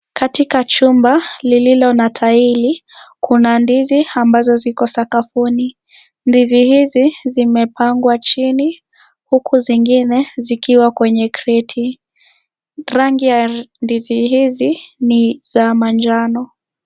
Katika chumba lililo na taili, kuna ndizi ambazo ziko sakafuni. Ndizi hizi, zimepangwa chini, huku zingine zikiwa kwenye kreti. Rangi ya ndizi hizi ni za manjano.